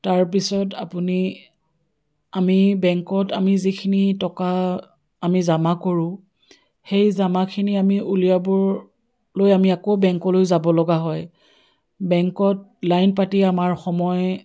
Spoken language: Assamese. তাৰপিছত আপুনি আমি বেংকত আমি যিখিনি টকা আমি জমা কৰোঁ সেই জমাখিনি আমি উলিয়াবলৈ আমি আকৌ বেংকলৈ যাব লগা হয় বেংকত লাইন পাতি আমাৰ সময়